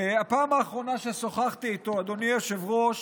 בפעם האחרונה ששוחחתי איתו, אדוני היושב-ראש,